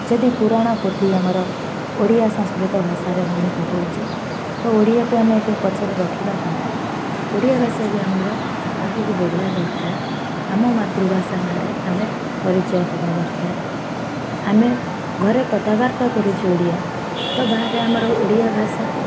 ଯଦି ପୁରାଣ ପୋଥି ଆମର ଓଡ଼ିଆ ସଂସ୍କୃତ ଭାଷାରେ ବର୍ଣ୍ଣିତ ହେଉଛି ତ ଓଡ଼ିଆକୁ ଆମେ ଏ ପାଇଁ ପଛରେ ରଖିବା କାହିଁକି ଓଡ଼ିଆ ଭାଷା ବି ଆମର ଆଗକୁ ବଢ଼ିିବା ଦରକାର ଆମ ମାତୃଭାଷା ନାଁରେ ଆମେ ପରିଚୟ ହବା ଦରକାର ଆମେ ଘରେ କଥାବାର୍ତ୍ତା କରୁଛୁ ଓଡ଼ିଆ ତ ବାହାରେ ଆମର ଓଡ଼ିଆ ଭାଷା